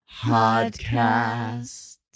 podcast